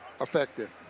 effective